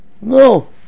no